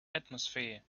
atmosphere